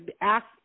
Ask